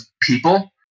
people